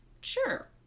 Sure